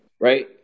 Right